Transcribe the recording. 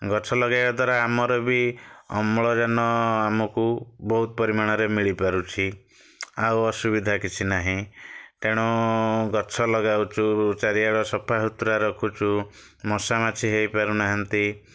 ଗଛ ଲଗାଇବା ଦ୍ଵାରା ଆମର ବି ଅମ୍ଳଜାନ ଆମକୁ ବହୁତ ପରିମାଣରେ ମିଳିପାରୁଛି ଆଉ ଅସୁବିଧା କିଛି ନାହିଁ ତେଣୁ ଗଛ ଲଗାଉଛୁ ଚାରିଆଡ଼ ସଫାସୁତରା ରଖୁଛୁ ମଶା ମାଛି ହେଇପାରୁନାହାନ୍ତି